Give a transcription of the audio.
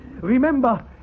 Remember